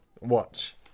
watch